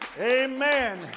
Amen